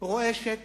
רועשת